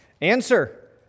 Answer